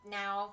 now